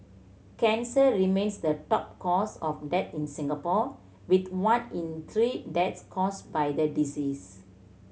cancer remains the top cause of death in Singapore with one in three deaths caused by the disease